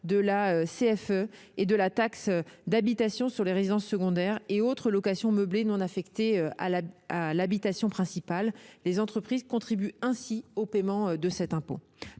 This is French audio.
de la CFE et de la taxe d'habitation sur les résidences secondaires et autres locaux meublés non affectés à l'habitation principale. Les entreprises contribuent donc au paiement de cet impôt.